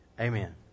Amen